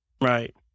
Right